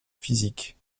physiques